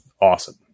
Awesome